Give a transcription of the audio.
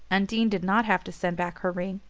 undine did not have to send back her ring,